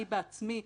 אני בעצמי